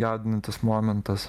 jaudinantis momentas